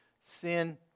sin